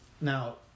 Now